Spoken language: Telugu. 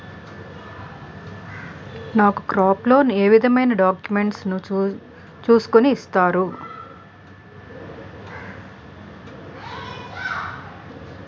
నాకు క్రాప్ లోన్ ఏ విధమైన డాక్యుమెంట్స్ ను చూస్కుని ఇస్తారు?